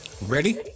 ready